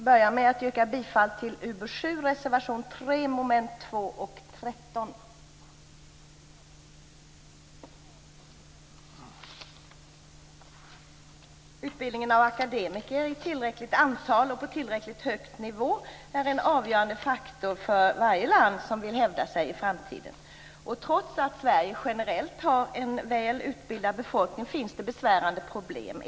Herr talman! Jag börjar med att när det gäller Utbildningen av akademiker i tillräckligt antal och på tillräckligt hög nivå är en avgörande faktor för varje land som vill hävda sig i framtiden. Trots att Sverige generellt har en väl utbildad befolkning finns det besvärande problem.